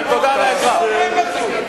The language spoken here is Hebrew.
הם באו לעשות שלום?